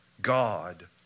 God